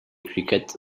cricket